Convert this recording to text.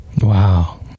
Wow